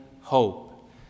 hope